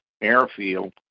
airfield